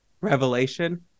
Revelation